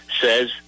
says